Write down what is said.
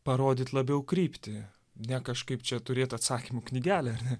parodyt labiau kryptį ne kažkaip čia turėt atsakymų knygelę ar ne